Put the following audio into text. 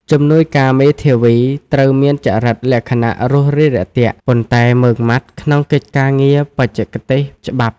ជំនួយការមេធាវីត្រូវមានចរិតលក្ខណៈរួសរាយរាក់ទាក់ ប៉ុន្តែម៉ឺងម៉ាត់ក្នុងកិច្ចការងារបច្ចេកទេសច្បាប់។